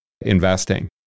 investing